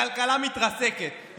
הכלכלה מתרסקת,